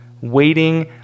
waiting